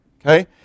okay